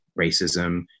racism